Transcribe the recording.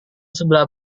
sebelah